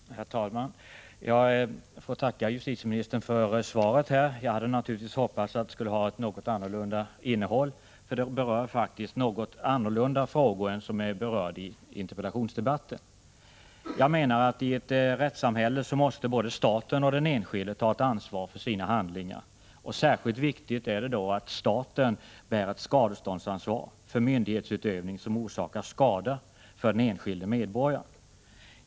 Herr talman! Jag får tacka justitieministern för svaret. Men jag hade naturligtvis hoppats att det skulle ha ett något annorlunda innehåll — det gäller faktiskt något annorlunda frågor än dem som berördes i interpellationsdebatten. Jag menar att i ett rättssamhälle måste både staten och den enskilde ta ansvar för sina handlingar. Särskilt viktigt är det då att staten bär ett skadeståndsansvar för myndighetsutövning som orsakar skada för den enskilde medborgaren.